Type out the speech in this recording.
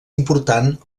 important